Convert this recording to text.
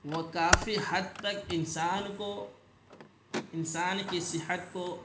وہ کافی حد تک انسان کو انسان کی صحت کو